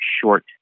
short